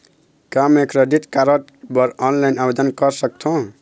का मैं credit card बर ऑनलाइन आवेदन कर सकथों?